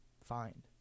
find